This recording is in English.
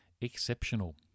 Exceptional